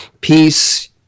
Peace